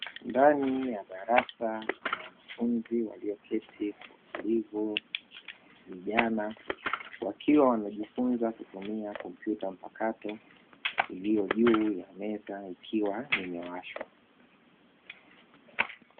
Ndani ya darasa kuna wanafunzi walioketi kwa utulivu, vijana wakiwa wanajifunza kutumia kompyuta mpakato, ilio juu ya meza ikiwa imewashwa.